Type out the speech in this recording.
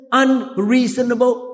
unreasonable